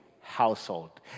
household